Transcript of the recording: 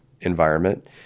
environment